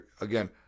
again